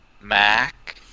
Mac